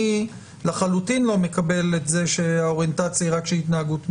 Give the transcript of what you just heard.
אני לחלוטין לא מקבל את זה שהאוריינטציה היא רק של התנהגות מינית.